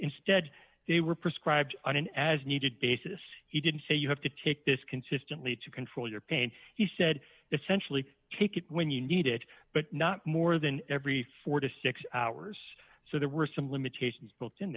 instead they were prescribed on an as needed basis he didn't say you have to take this consistently to control your pain he said essentially take it when you need it but not more than every four to six hours so there were some limitations b